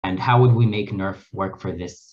And how would we make Nerf work for this?